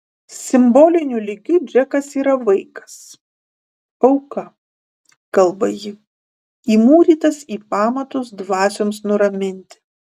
simboliniu lygiu džekas yra vaikas auka kalba ji įmūrytas į pamatus dvasioms nuraminti